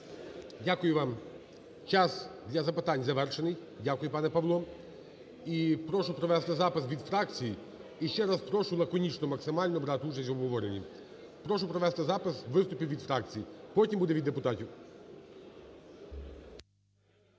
Дякую вам. Час для запитань завершений. Дякую, пане Павло. І прошу провести запис від фракцій. І ще раз прошу лаконічно, максимально брати участь в обговоренні. Прошу провести запис виступи від фракцій, потім буде від депутатів.